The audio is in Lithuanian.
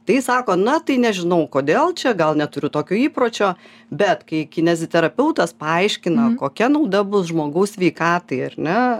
tai sako na tai nežinau kodėl čia gal neturiu tokio įpročio bet kai kineziterapeutas paaiškino kokia nauda bus žmogaus sveikatai ar ne